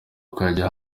ukajya